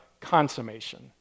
consummation